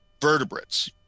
vertebrates